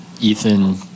Ethan